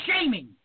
shaming